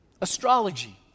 Astrology